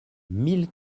mille